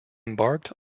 embarked